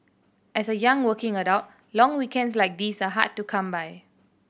as a young working adult long weekends like these are hard to come by